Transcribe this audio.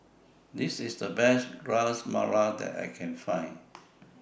This IS The Best Ras Malai that I Can Find